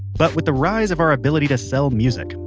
but with the rise of our ability to sell music,